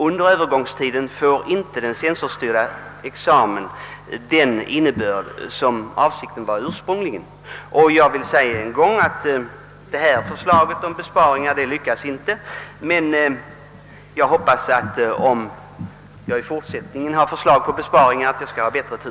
Under övergångstiden får inte den censorstyrda examen den innebörd som avsikten därmed ursprunligen var. : Eftersom detta förslag till besparingar inte lyckades vinna gehör hoppas jag på bättre tur med framtida förslag.